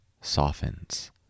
softens